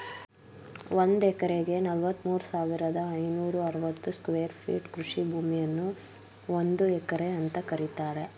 ಒಂದ್ ಎಕರೆಗೆ ನಲವತ್ಮೂರು ಸಾವಿರದ ಐನೂರ ಅರವತ್ತು ಸ್ಕ್ವೇರ್ ಫೀಟ್ ಕೃಷಿ ಭೂಮಿಯನ್ನು ಒಂದು ಎಕರೆ ಅಂತ ಕರೀತಾರೆ